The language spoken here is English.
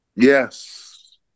Yes